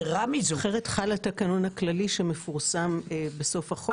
אחרת חל התקנון הכללי שמפורסם בסוף החוק.